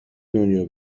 دنیا